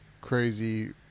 crazy